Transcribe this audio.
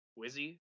Wizzy